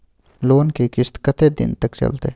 Loan के किस्त कत्ते दिन तक चलते?